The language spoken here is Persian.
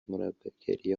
مربیگری